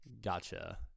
Gotcha